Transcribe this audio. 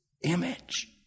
image